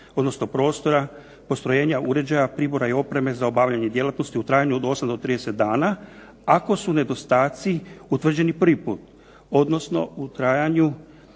odnosno prostora, postrojenja, uređaja, pribora i opreme za obavljanje djelatnosti u trajanju od 8 do 30 dana ako su nedostaci utvrđeni prvi put, odnosno u trajanju